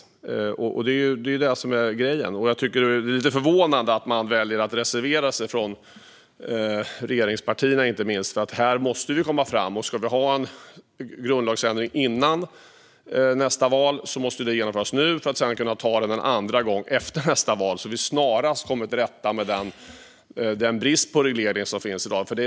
Det är det som är grejen. Det är förvånande att man väljer att reservera sig, inte minst från regeringspartierna. Här måste vi ju komma framåt. Ska vi ha en grundlagsändring före nästa val måste vi besluta om det nu för att sedan kunna ta det en andra gång efter nästa val, så att vi snarast kommer till rätta med den brist på reglering som finns i dag.